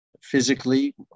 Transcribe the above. physically